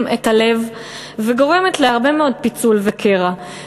את הלב וגורמת להרבה מאוד פיצול וקרע.